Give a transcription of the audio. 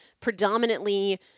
predominantly